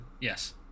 Yes